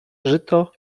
żyto